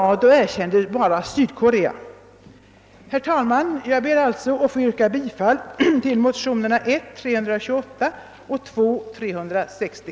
Herr talman! Jag ber att få yrka bifall till motionsparet I: 328 och II: 360.